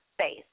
space